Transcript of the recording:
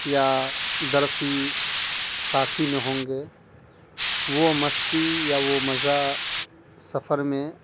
یا درسی ساتھی میں ہوں گے وہ مستی یا وہ مزہ سفر میں